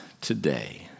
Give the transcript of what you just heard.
today